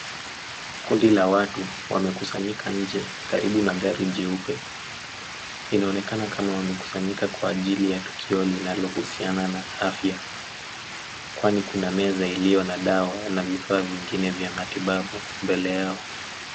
Kundi la watu wamekusanyika nje karibu na gari jeupe. Inaonekana kama wamekusanyika kwa ajili ya tukio linalohusiana na afya, kwani kuna meza iliyo na dawa na vifaa vingine vya matibabu mbele yao.